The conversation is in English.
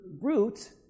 Root